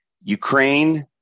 Ukraine